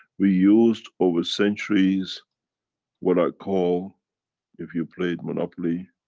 we used over centuries what i call if you played monopoly,